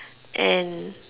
and